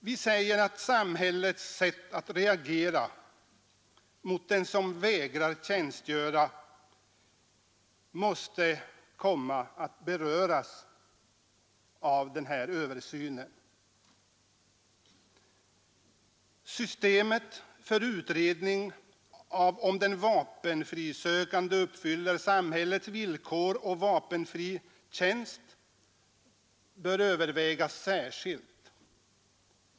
Vi framhåller vidare: ”Samhällets sätt att reagera mot den som vägrar tjänstgöra måste ——— komma att beröras av översynen. Systemet för utredning av om den vapenfrisökande uppfyller samhällets villkor för vapenfri tjänst bör övervägas särskilt.